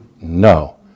No